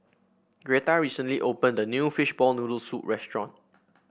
Gretta recently opened a new Fishball Noodle Soup restaurant